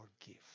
forgive